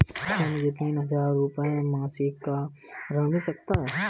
क्या मुझे तीन हज़ार रूपये मासिक का ऋण मिल सकता है?